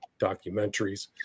documentaries